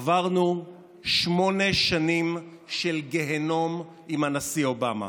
עברנו שמונה שנים של גיהינום עם הנשיא אובמה.